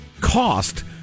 cost